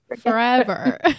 forever